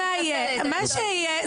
מה שייקרה,